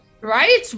Right